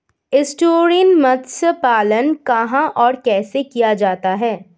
Estuarine मत्स्य पालन कहां और कैसे किया जाता है?